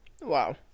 Wow